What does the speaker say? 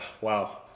wow